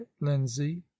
lindsay